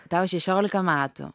tau šešiolika metų